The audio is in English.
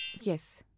Yes